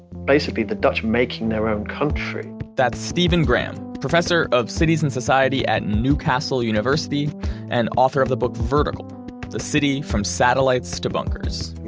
basically the dutch making their own country. that's stephen graham, professor of cities and society at newcastle university and author of the book vertical the city from satellites to bunkers.